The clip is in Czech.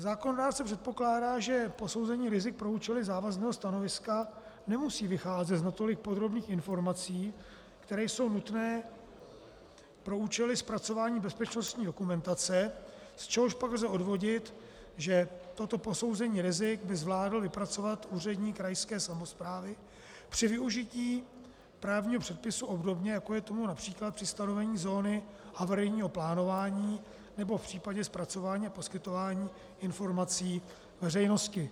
Zákonodárce předpokládá, že posouzení rizik pro účely závazného stanoviska nemusí vycházet z natolik podrobných informací, které jsou nutné pro účely zpracování bezpečnostní dokumentace, z čehož pak lze odvodit, že toto posouzení rizik by zvládl vypracovat úředník krajské samosprávy při využití právního předpisu obdobně, jako je tomu například při stanovení zóny havarijního plánování nebo v případě zpracování a poskytování informací veřejnosti.